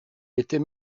était